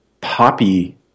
poppy